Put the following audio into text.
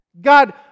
God